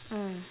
mm